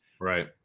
right